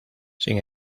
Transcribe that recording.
sin